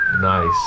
Nice